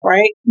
Right